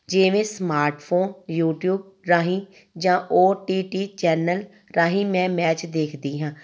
ਜਿਵੇਂ smartphone YouTube ਰਾਹੀਂ ਜਾਂ ਓ ਟੀ ਟੀ ਚੈਨਲ ਰਾਹੀਂ ਮੈਂ ਮੈਚ ਦੇਖਦੀ ਹਾਂ